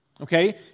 Okay